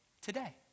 today